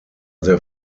their